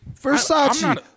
Versace